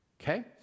Okay